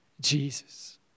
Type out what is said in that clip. Jesus